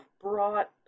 brought